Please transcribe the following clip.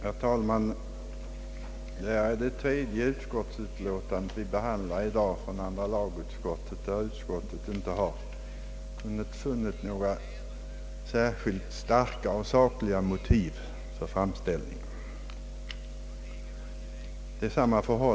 Herr talman! Detta är det tredje utlåtandet från andra lagutskottet som vi behandlar i dag, där utskottet inte har funnit några särskilt starka sakliga motiv för yrkandena i respektive motioner.